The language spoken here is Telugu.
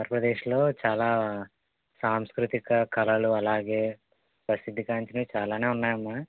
ఆంధ్రప్రదేశ్లో చాలా సాంస్కృతిక కళలు అలాగే ప్రసిద్ధిగాంచినవి చాలానే ఉన్నాయమ్మ